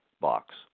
box